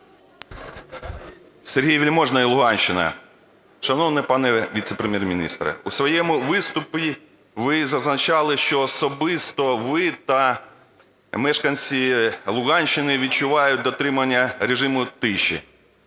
Сергій Вельможний, Луганщина. Шановний пане віце-прем'єр-міністре, у своєму виступі ви зазначали, що особисто ви та мешканці Луганщини відчувають дотримання режиму тиші.